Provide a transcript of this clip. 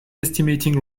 estimating